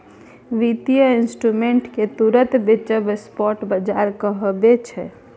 बित्तीय इंस्ट्रूमेंट केँ तुरंत बेचब स्पॉट बजार कहाबै छै